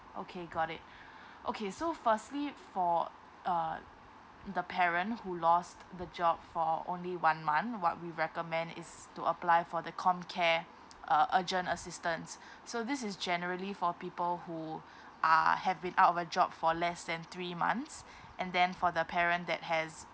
okay got it okay so firstly for uh the parent who lost the job for only one month what we recommend is to apply for the comcare uh urgent assistance so this is generally for people who are have been out of a job for less than three months and then for the parent that has